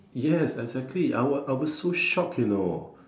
yes exactly I was I was so shocked you know